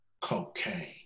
Cocaine